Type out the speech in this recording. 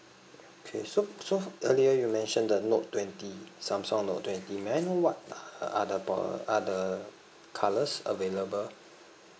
okay so so earlier you mentioned the note twenty samsung note twenty may I know what are the po~ are the colours available